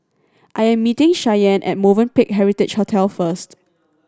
I am meeting Shianne at Movenpick Heritage Hotel first